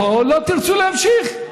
לא תרצו להמשיך,